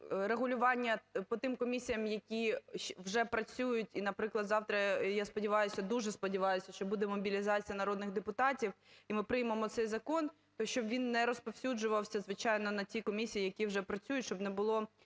регулювання по тим комісіям, які вже працюють і, наприклад, завтра, я сподіваюся, дуже сподіваюся, що буде мобілізація народних депутатів і ми приймемо цей закон. То щоб він не розповсюджувався, звичайно, на ті комісії, які вже працюють, щоб не було